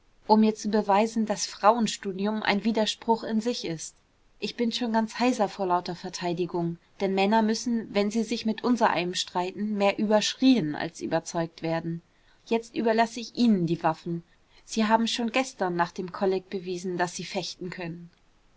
um mir zu beweisen daß frauenstudium ein widerspruch in sich ist ich bin schon ganz heiser vor lauter verteidigung denn männer müssen wenn sie sich mit unsereinem streiten mehr überschrien als überzeugt werden jetzt überlasse ich ihnen die waffen sie haben schon gestern nach dem kolleg bewiesen daß sie fechten können